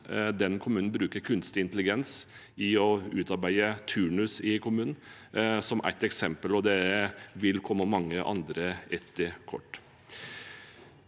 den kommunen bruker kunstig intelligens til å utarbeide turnus i kommunen, som et eksempel – og det vil komme mange andre etter hvert.